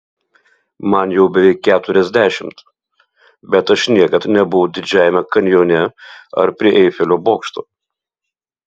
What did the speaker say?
man jau beveik keturiasdešimt bet aš niekad nebuvau didžiajame kanjone ar prie eifelio bokšto